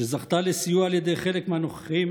שזכתה לסיוע על ידי חלק מהנוכחים,